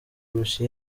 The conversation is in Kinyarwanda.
kurusha